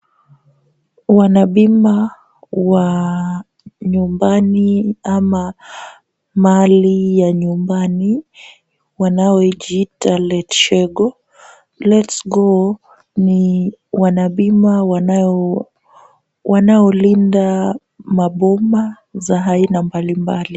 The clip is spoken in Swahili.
Wanabima wa nyumbani ama mali ya nyumbani wanaojiita Letshego. Letsgo ni wanabima wanaolinda maboma za aina mbalimbali.